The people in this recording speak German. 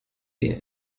wir